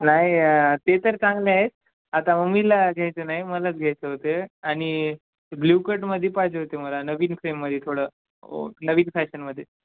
नाही ते तर चांगलं आहे आता मम्मीला घ्यायचं नाही मलाच घ्यायचं होते आणि ब्ल्यूकटमध्ये पाहिजे होते मला नवीन फ्रेममध्ये थोडं नवीन फॅशनमध्ये